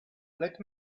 let